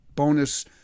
Bonus